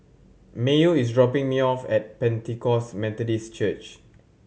Mayo is dropping me off at Pentecost Methodist Church